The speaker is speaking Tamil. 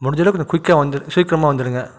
முடிஞ்சளவுக்கு இந்த குயிக்காக வந்து சீக்கிரமாக வந்துடுங்க